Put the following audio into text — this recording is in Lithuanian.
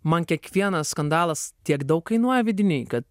man kiekvienas skandalas tiek daug kainuoja vidiniai ka